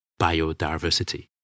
biodiversity